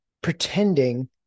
pretending